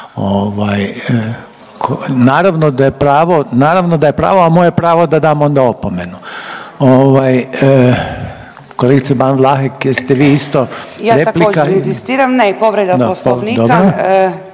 naravno da je pravo, a moje je pravo da dam onda opomenu. Kolegice Ban Vlahek jeste vi isto replika? **Ban, Boška (SDP)** Ja također inzistiram, ne povreda Poslovnika